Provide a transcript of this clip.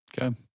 Okay